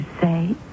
say